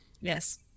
Yes